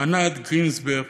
ענת גיסברג,